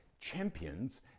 champions